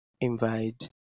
invite